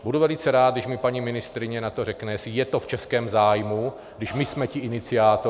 Budu velice rád, když mi paní ministryně na to řekne, jestli je to v českém zájmu, když my jsme ti iniciátoři.